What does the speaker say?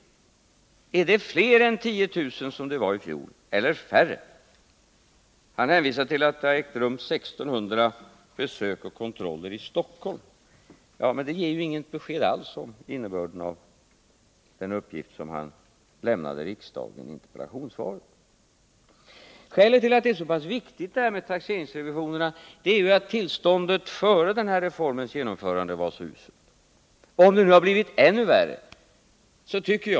Är det fler än 10 000, som det var i fjol, eller är det färre? Han hänvisar till att det har företagits 1600 besök och kontroller i Stockholm, men det ger ju inget besked alls om innebörden av den uppgift som han lämnade riksdagen i interpellationssvaret. Skälet till att det är så viktigt med taxeringsrevisionerna är ju att tillståndet före den här reformens genomförande var så uselt.